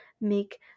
make